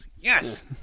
Yes